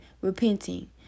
repenting